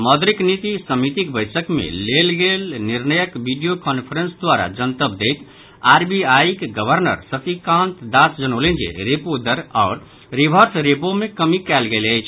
मौद्रिक निति समितिक बैसक मे लेल गेल निर्णयक वीडियो कांफ्रेंस द्वारा जनतब दैत आरबीआईक गवर्नर शक्तिकांत दास जनौलनि जे रेपो दर आओर रिवर्स रेपो मे कमि कयल गेल अछि